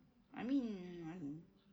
I mean um